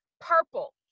purple